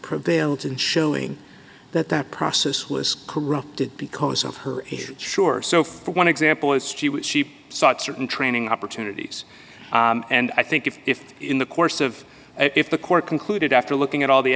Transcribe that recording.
prevailed in showing that that process was corrupted because of her sure so for one example as she was she sought certain training opportunities and i think if if in the course of if the court concluded after looking at all the